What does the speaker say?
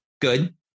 Good